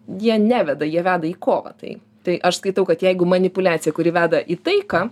jie neveda jie veda į kovą tai tai aš skaitau kad jeigu manipuliacija kuri veda į taiką